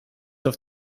auf